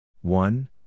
One